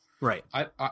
Right